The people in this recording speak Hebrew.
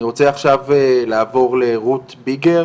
אני רוצה עכשיו לעבור לרות ביגר